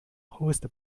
whose